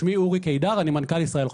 שמי אורי קידר ואני מנכ"ל ישראל חופשית.